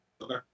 Okay